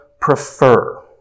prefer